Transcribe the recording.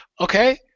Okay